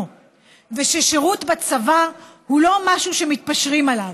וששירות בצבא הוא לא משהו שמתפשרים עליו.